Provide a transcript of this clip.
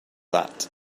that